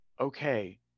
okay